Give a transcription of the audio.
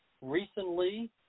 recently